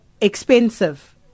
expensive